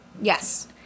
yes